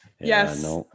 yes